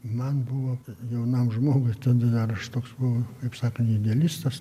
man buvo jaunam žmogui tada dar aš toks buvau kaip sakant idealistas